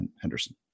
Henderson